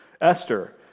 Esther